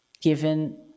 given